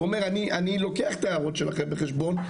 הוא אומר אני לוקח את ההערות שלכם בחשבון,